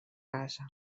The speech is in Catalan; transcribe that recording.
casa